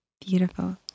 Beautiful